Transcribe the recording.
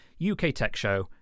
uktechshow